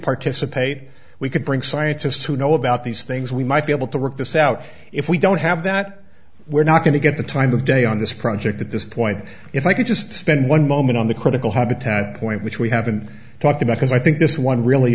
participate we could bring scientists who know about these things we might be able to work this out if we don't have that we're not going to get the time of day on this project at this point if i could just spend one moment on the critical habitat point which we haven't talked about because i think this one really